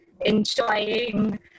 enjoying